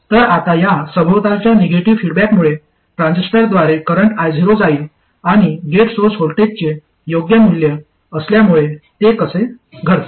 तर आता या सभोवतालच्या निगेटिव्ह फीडबॅकमुळे ट्रान्झिस्टरद्वारे करंट I0 जाईल आणि गेट सोर्स व्होल्टेजचे योग्य मूल्य असल्यामुळे ते कसे घडते